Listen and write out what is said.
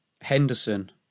Henderson